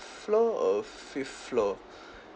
floor or fifth floor